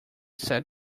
said